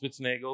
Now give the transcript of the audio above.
Spitznagel